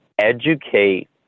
educate